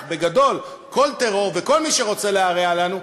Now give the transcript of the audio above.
בגדול כל טרור וכל מי שרוצה להרע לנו,